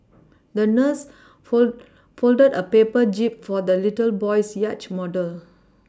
the nurse fold folded a paper jib for the little boy's yacht model